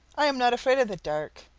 i am not afraid of the dark,